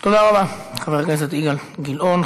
תודה רבה, חבר הכנסת אילן גילאון.